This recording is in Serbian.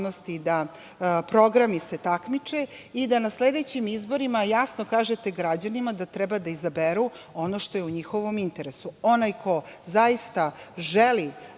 se programi takmiče i da na sledećim izborima jasno kažete građanima da treba da izaberu ono što je u njihovom interesu. Onaj ko zaista želi